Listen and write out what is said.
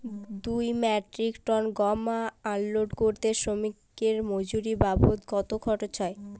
দুই metric ton গম unload করতে শ্রমিক এর মজুরি বাবদ কত খরচ হয়?